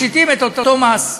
משיתים את אותו מס.